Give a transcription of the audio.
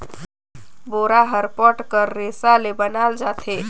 बोरा हर पट कर रेसा ले बनाल जाथे